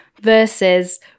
versus